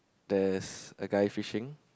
there's a guy fishing